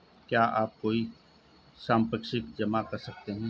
क्या आप कोई संपार्श्विक जमा कर सकते हैं?